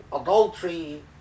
adultery